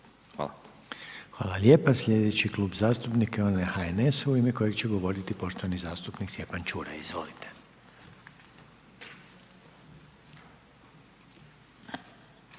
(HDZ)** Hvala lijepa. Sljedeći Klub zastupnika je onaj HNS-a u ime kojeg će govoriti poštovani zastupnik Stjepan Čuraj, izvolite.